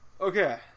Okay